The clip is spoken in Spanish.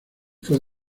fue